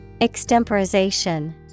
Extemporization